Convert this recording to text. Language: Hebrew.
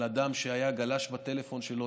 על אדם שגלש בטלפון שלו,